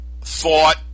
thought